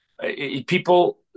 People